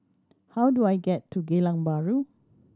how do I get to Geylang Bahru